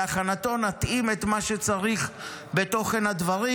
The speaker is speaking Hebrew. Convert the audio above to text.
בהכנתו נתאים את מה שצריך בתוכן הדברים,